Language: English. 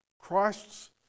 Christ's